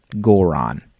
goron